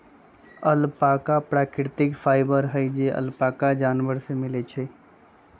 alpaca प्राकृतिक fibre हई जे अल्पाका जानवर से मिलय छइ